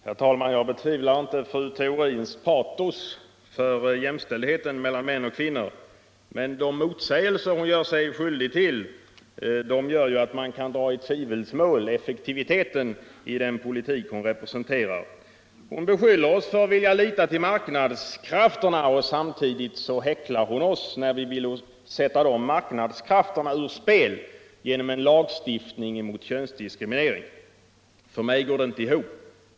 Herr talman! Jag betvivlar inte fru Theorins patos för jämställdheten mellan män och kvinnor, men med de motsägelser som hon gör sig skyldig till kan man ära i tvivelsmål effektiviteten i den politik hon representerar. Hon beskyller oss för att vilja lita till marknadskrafterna, och samtidigt häcklar hon oss när vi vill sätta marknadskrafterna ur spel genom en lagstiftning mot könsdiskriminering. För mig går det inte ihop.